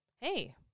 hey